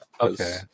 okay